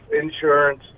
insurance